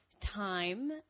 Time